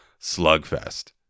slugfest